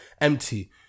empty